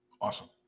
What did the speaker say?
Awesome